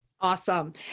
Awesome